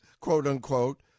quote-unquote